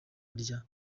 rya